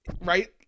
Right